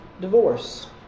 divorce